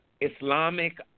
Islamic